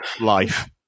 life